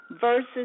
versus